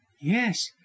Yes